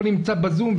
הוא נמצא ב-זום.